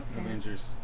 Avengers